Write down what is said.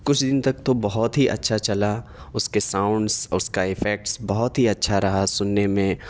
کچھ دن تک تو بہت ہی اچھا چلا اس کے ساؤنڈس اس کا افیکٹس بہت ہی اچھا رہا سننے میں